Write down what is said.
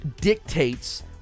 dictates